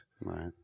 Right